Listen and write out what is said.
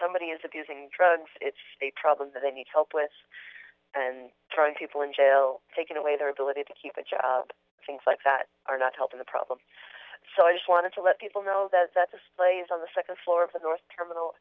somebody is abusing drugs it's a problem that they need help with and trying to people in jail taking away their ability to keep a job things like that are not helping the problem so i just wanted to let people know that that displays on the second floor of the north terminal